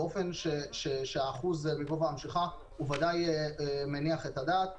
באופן שהאחוז מגובה המשיכה הוא בוודאי מניח את הדעת.